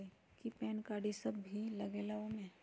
कि PAN card इ सब भी लगेगा वो में?